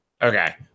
Okay